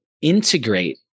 integrate